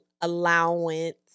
allowance